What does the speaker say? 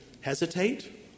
hesitate